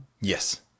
Yes